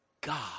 God